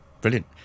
brilliant